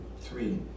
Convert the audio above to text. three